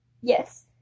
Yes